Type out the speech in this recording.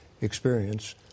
experience